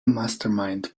mastermind